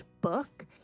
book